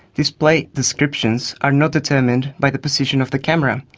display descriptions are not determined by the position of the camera,